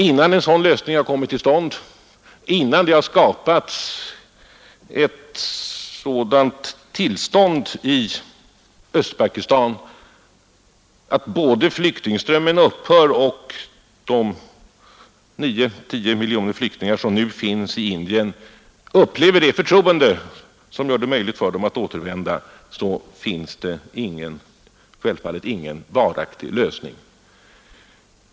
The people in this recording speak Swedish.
Innan en sådan lösning har kommit till stånd, innan det har skapats ett sådant tillstånd i Östpakistan att flyktingströmmen upphör och de 9—10 miljoner flyktingar som nu finns i Indien känner ett sådant förtroende att det blir möjligt för dem att återvända finns det självfallet ingen varaktig lösning.